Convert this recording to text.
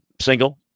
single